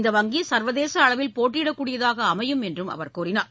இந்த வங்கி சர்வதேச அளவில் போட்டியிடக்கூடியதாக அமையும் என்றும் அவர் தெரிவித்தார்